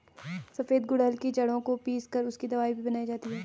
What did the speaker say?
सफेद गुड़हल की जड़ों को पीस कर उसकी दवाई भी बनाई जाती है